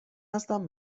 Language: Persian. هستم